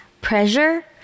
pressure